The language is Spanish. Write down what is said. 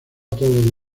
todo